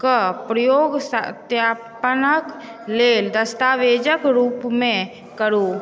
क प्रयोग सत्यापनक लेल दस्तावेजक रूपमे करू